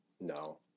No